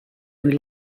nous